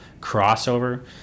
crossover